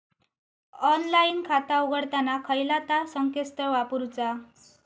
Online खाता उघडताना खयला ता संकेतस्थळ वापरूचा?